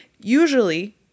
Usually